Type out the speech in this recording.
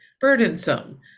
burdensome